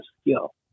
skill